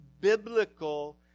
biblical